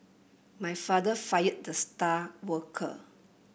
my father fired the star worker